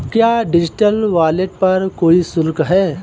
क्या digital wallet पर कोई शुल्क है?